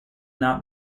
not